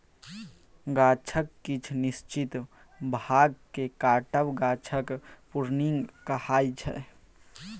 गाछक किछ निश्चित भाग केँ काटब गाछक प्रुनिंग कहाइ छै